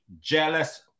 jealous